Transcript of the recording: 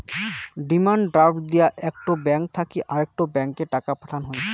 demand draft দিয়া একটো bank থাকি আরেকটো ব্যাংকে টাকা পাঠান হই